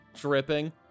dripping